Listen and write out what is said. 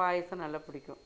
பாயாசம் நல்லா பிடிக்கும்